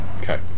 Okay